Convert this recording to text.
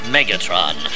Megatron